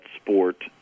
sport